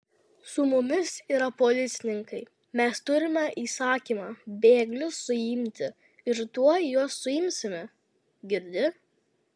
su mumis yra policininkai mes turime įsakymą bėglius suimti ir tuoj juos suimsime girdi